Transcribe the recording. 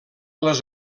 les